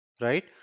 Right